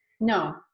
no